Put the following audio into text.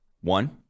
one